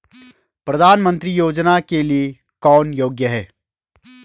प्रधानमंत्री योजना के लिए कौन योग्य है?